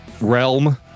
realm